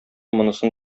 монысын